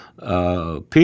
People